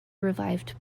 revived